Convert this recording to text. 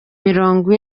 mirongo